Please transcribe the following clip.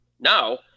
Now